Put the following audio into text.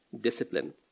discipline